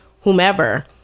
whomever